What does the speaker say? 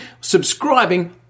subscribing